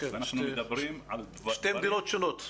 ואנחנו מדברים על דברים --- שתי מדינות שונות.